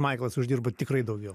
maiklas uždirba tikrai daugiau